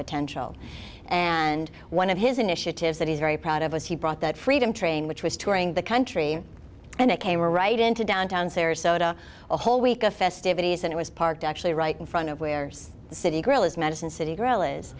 potential and one of his initiatives that he's very proud of us he brought that freedom train which was touring the country and it came right into downtown sarasota a whole week of festivities and it was parked actually right in front of where the city grill is madison city grill is